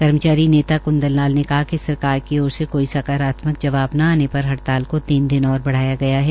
कर्मचारी नेता कृंदन लाल ने कहा है कि सरकार की ओर से कोई सकारात्मक जवाब न आने पर हड़ताल को तीन दिन और बढ़ाया गया है